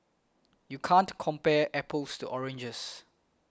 you can't compare apples to oranges